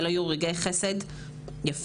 אלה היו רגעי חסד יפים.